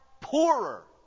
poorer